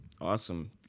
awesome